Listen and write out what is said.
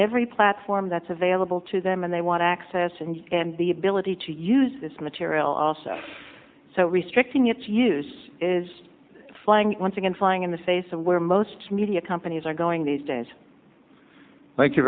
every platform that's available to them and they want to access and the ability to use this material also so restricting its use is flying once again flying in the face of where most media companies are going these days